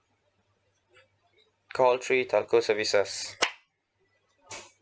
call three telco services